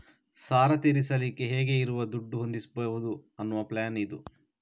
ಸಾಲ ತೀರಿಸಲಿಕ್ಕೆ ಹೇಗೆ ಇರುವ ದುಡ್ಡು ಹೊಂದಿಸ್ಬಹುದು ಅನ್ನುವ ಪ್ಲಾನ್ ಇದು